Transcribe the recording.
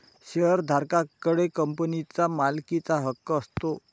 शेअरधारका कडे कंपनीचा मालकीहक्क असतो